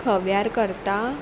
खव्यार करता